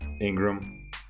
Ingram